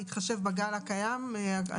בהתחשב בגל הקיים והנוכחי.